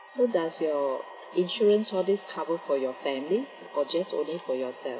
so does your insurance all these cover for your family or just only for yourself